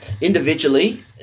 Individually